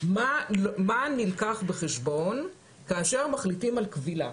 מה נלקח בחשבון כאשר מחליטים על כבילה.